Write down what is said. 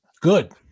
Good